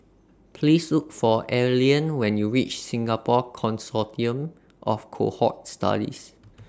Please Look For Allean when YOU REACH Singapore Consortium of Cohort Studies